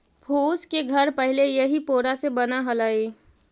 फूस के घर पहिले इही पोरा से बनऽ हलई